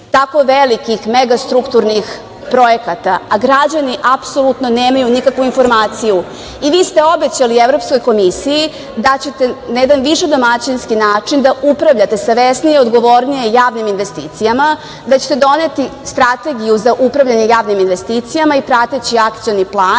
tako velikih mega strukturnih projekata, a građani apsolutno nemaju nikakvu informaciju i vi ste obećali Evropskoj komisiji da ćete na jedan viši domaćinski način da upravljate savesnije, odgovornije javnim investicijama, da ćete doneti strategiju za upravljanje javnim investicijama i prateći akcioni plan,